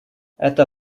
это